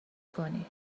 کنی